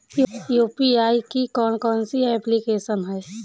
UPI की कौन कौन सी एप्लिकेशन हैं?